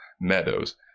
Meadows